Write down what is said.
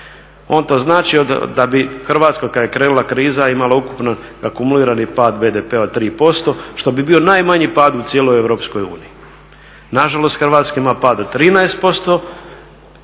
To znači da bi Hrvatska otkad je krenula kriza imala ukupno akumulirani pad BDP-a od 3% što bi bio najmanji pad u cijeloj Europskoj uniji. Nažalost Hrvatska ima pad od